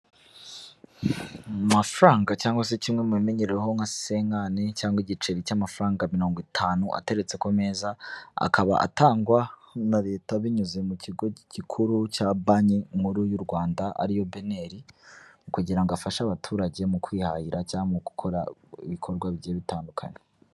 Amafaranga cyangwa se kimwe mu bimenyereweho nka senkani cyangwa igiceri cy'amafaranga mirongo itanu, ateretse ku meza. Akaba atangwa na leta binyuze mu kigo gikuru cya banki nkuru y'u Rwanda ariyo beneri. Kugira ngo afashe abaturage mu kwihahira cyangwa mu gukora ibikorwa bigiye bitandukanye.